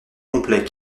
complet